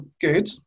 good